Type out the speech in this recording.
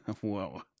Whoa